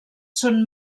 són